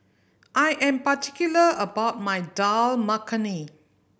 I am particular about my Dal Makhani